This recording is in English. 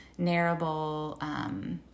Narrable